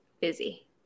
Busy